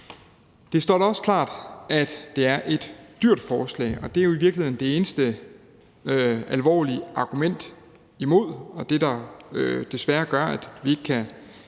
Det står da også klart, at det er et dyrt forslag, og det er jo i virkeligheden det eneste alvorlige argument imod og det, der desværre gør, at vi fra